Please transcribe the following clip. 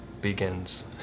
begins